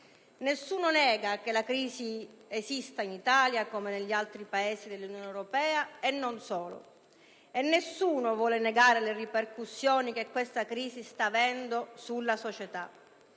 Nessuno nega che la crisi esista in Italia come negli altri Paesi dell'Unione europea e non solo e nessuno vuole negare le ripercussioni che questa crisi sta avendo sulla società.